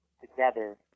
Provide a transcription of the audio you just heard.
together